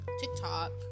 tiktok